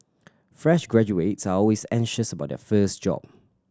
fresh graduates are always anxious about their first job